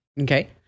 okay